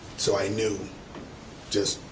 so i knew just